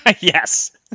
Yes